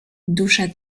dusza